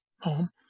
home